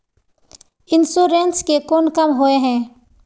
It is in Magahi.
इंश्योरेंस के कोन काम होय है?